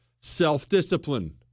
self-discipline